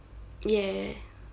yeah